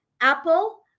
Apple